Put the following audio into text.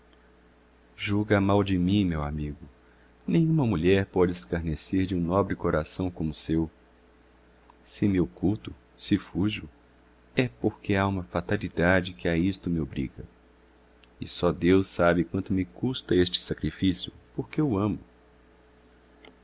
julga mal de mim meu amigo nenhuma mulher pode escarnecer de um nobre coração como o seu se me oculto se fujo é porque há uma fatalidade que a isto me obriga e só deus sabe quanto me custa este sacrifício porque o amo